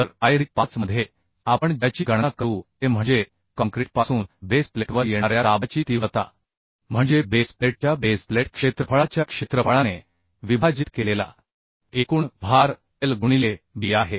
तर पायरी 5 मध्ये आपण ज्याची गणना करू ते म्हणजे काँक्रीटपासून बेस प्लेटवर येणाऱ्या दाबाची तीव्रता म्हणजे बेस प्लेटच्या बेस प्लेट क्षेत्रफळाच्या क्षेत्रफळाने विभाजित केलेला एकूण भार L गुणिले b आहे